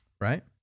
right